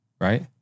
right